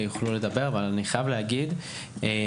יוכלו לדבר אבל אני חייב להתייחס למשהו.